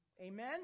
Amen